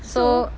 so